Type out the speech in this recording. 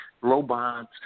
robots